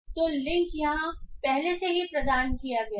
तो लिंक यहाँ पहले से ही प्रदान किया गया है